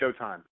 Showtime